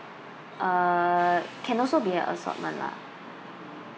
uh can also be an assortment lah